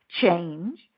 change